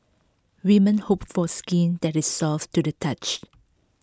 women hope for skin that is soft to the touch